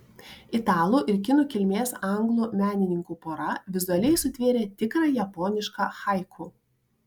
italų ir kinų kilmės anglų menininkų pora vizualiai sutvėrė tikrą japonišką haiku